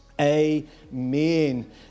Amen